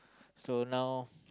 so now